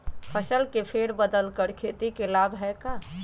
फसल के फेर बदल कर खेती के लाभ है का?